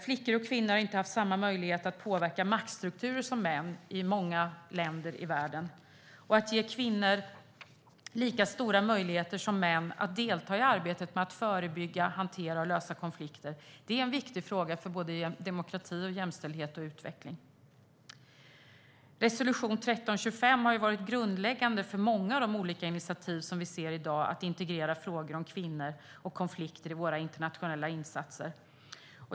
Flickor och kvinnor har inte haft samma möjligheter som män att påverka maktstrukturer i många länder i världen. Att ge kvinnor lika stora möjligheter som män att delta i arbetet med att förebygga, hantera och lösa konflikter är en viktig fråga för såväl demokrati och jämställdhet som utveckling. Resolution 1325 har varit grundläggande för många av de initiativ vi ser i dag när det gäller att integrera frågor om kvinnor och konflikter i våra internationella insatser.